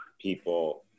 people